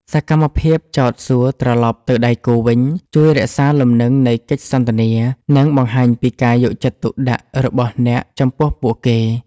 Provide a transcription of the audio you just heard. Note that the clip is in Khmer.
សកម្មភាពចោទសួរត្រឡប់ទៅដៃគូវិញ ជួយរក្សាលំនឹងនៃកិច្ចសន្ទនា និងបង្ហាញពីការយកចិត្តទុកដាក់របស់អ្នកចំពោះពួកគេ។